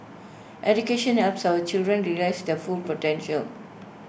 education helps our children realise their full potential